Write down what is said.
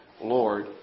Lord